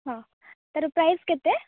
ହଁ ତା'ର ପ୍ରାଇସ୍ କେତେ